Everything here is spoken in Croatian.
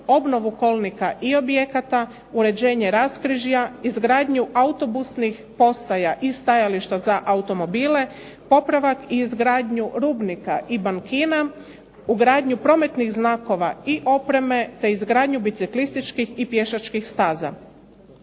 obnovu kolnika i objekata, uređenje raskrižja, izgradnju autobusnih postja i stajališta za automobile, popravak i izgradnju rubnika i bankina, ugradnju prometnih znakova i opreme, te izgradnju biciklističkih i pješačkih staza.